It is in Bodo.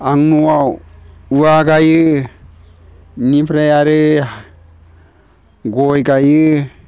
आं न'आव औवा गायो बेनिफ्राय आरो गय गायो